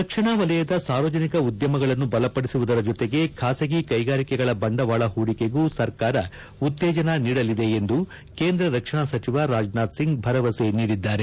ರಕ್ಷಣಾ ವಲಯದ ಸಾರ್ವಜನಿಕ ಉದ್ಯಮಿಗಳನ್ನು ಬಲಪಡಿಸುವುದರ ಜೊತೆಗೆ ಖಾಸಗಿ ಕೈಗಾರಿಕೆಗಳ ಬಂಡವಾಳ ಹೂಡಿಕೆಗೂ ಸರ್ಕಾರ ಉತ್ತೇಜನ ನೀಡಲಿದೆ ಎಂದು ಕೇಂದ್ರ ರಕ್ಷಣಾ ಸಚಿವ ರಾಜನಾಥ್ ಸಿಂಗ್ ಭರವಸೆ ನೀಡಿದ್ದಾರೆ